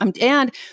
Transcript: And-